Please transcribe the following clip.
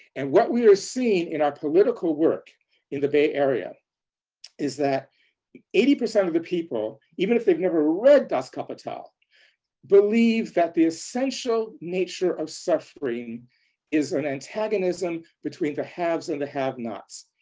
and what we are seeing in our political work in the bay area is that eighty percent of the people, even if they've never read das kapital believe that the essential nature of suffering is an antagonism between the haves and the have-nots.